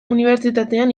unibertsitatean